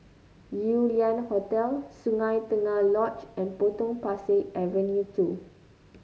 Yew Lian Hotel Sungei Tengah Lodge and Potong Pasir Avenue two